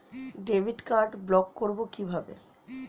Debit card block করব কিভাবে?